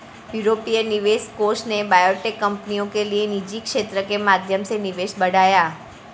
यूरोपीय निवेश कोष ने बायोटेक कंपनियों के लिए निजी क्षेत्र के माध्यम से निवेश बढ़ाया